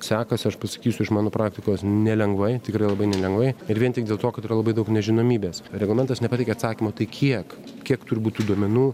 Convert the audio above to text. sekasi aš pasakysiu iš mano praktikos nelengvai tikrai labai nelengvai ir vien tik dėl to kad yra labai daug nežinomybės reglamentas nepateikė atsakymo tai kiek kiek turi būt tų duomenų